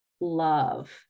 love